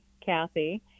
Kathy